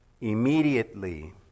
immediately